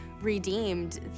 redeemed